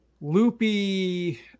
loopy